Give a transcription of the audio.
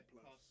plus